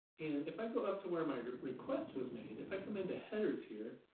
and if i go up to where my request was made, if i come into headers here,